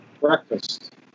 breakfast